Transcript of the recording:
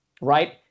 Right